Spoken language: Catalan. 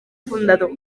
fundador